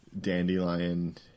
dandelion